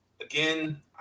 again